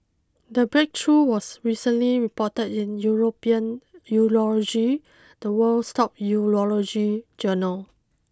the breakthrough was recently reported in European Urology the world's top Urology journal